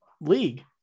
league